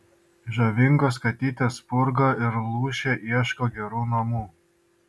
žavingos katytės spurga ir lūšė ieško gerų namų